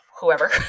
whoever